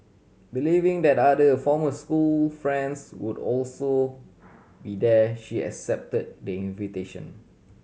believing that other former school friends would also be there she accepted the invitation